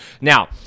Now